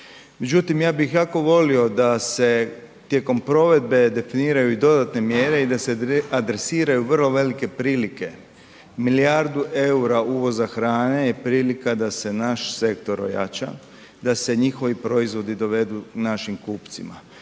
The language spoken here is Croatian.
Međutim, ja bih jako volio da se tijekom provedbe definiraju i dodatne mjere i da se adresiraju vrlo velike prilike. Milijardu EUR-a uvoza hrane je prilika da se naš sektor ojača, da se njihovi proizvodi dovedu našim kupcima.